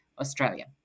Australia